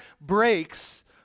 breaks